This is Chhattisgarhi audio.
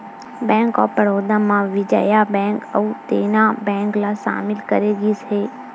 बेंक ऑफ बड़ौदा म विजया बेंक अउ देना बेंक ल सामिल करे गिस हे